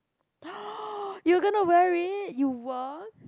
you gonna wear it you what